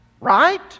right